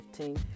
15